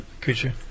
creature